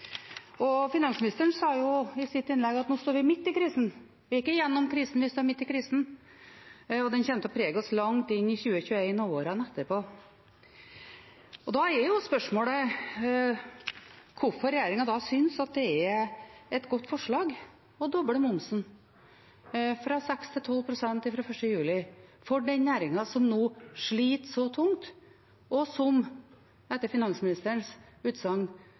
Finansministeren sa i sitt innlegg at nå står vi midt i krisen. Vi er ikke igjennom krisen, vi står midt i krisen, og den kommer til å prege oss langt inn i 2021 og årene etterpå. Da er spørsmålet: Hvorfor synes regjeringen det er et godt forslag å doble momsen, fra 6 pst. til 12 pst. fra 1 juli, for denne næringen, som nå sliter så tungt, og som etter finansministerens utsagn